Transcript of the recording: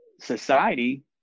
society